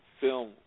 film